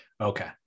Okay